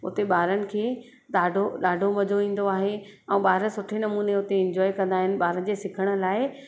उते ॿारनि खे ॾाढो ॾाढो मज़ो ईंदो आहे ऐं ॿार सुठे नमूने हुते इंजॉय कंदा आहिनि ॿार जे सिखण लाइ